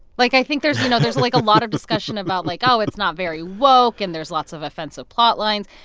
like, i think there's. you know, there's, like, a lot of discussion about like, oh, it's not very woke, and there's lots of offensive plotlines.